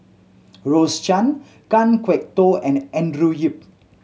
Rose Chan Kan Kwok Toh and Andrew Yip